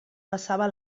passava